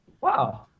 Wow